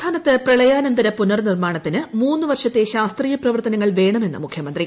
സംസ്ഥാനത്ത് പ്രളയാനന്തര പുനർനിർമ്മാണത്തിന് മൂന്ന് വർഷത്തെ ശാസ്ത്രീയ പ്രവർത്തനങ്ങൾ വേണമെന്ന് മുഖ്യമന്ത്രി